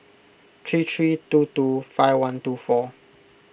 three three two two five one two four